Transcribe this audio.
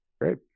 great